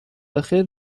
بخیر